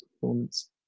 performance